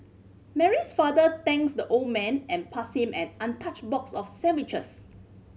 Mary's father thanked the old man and passed him an untouched box of sandwiches